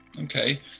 okay